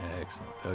Excellent